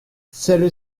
celle